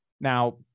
Now